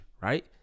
right